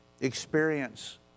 experience